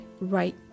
right